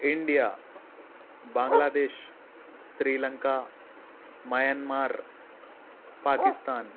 India Bangladesh Sri Lanka Myanmar Pakistan